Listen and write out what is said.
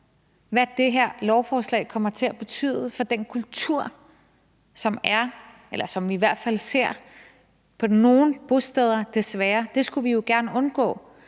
hvad det her lovforslag kommer til at betyde for den kultur, som man ser i hvert fald ser på nogle bosteder, desværre – det skulle vi jo gerne undgå.